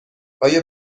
آیا